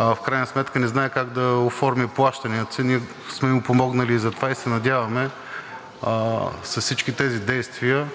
в крайна сметка не знае как да оформи плащанията си. Ние сме му помогнали за това и се надяваме с всички тези действия